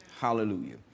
Hallelujah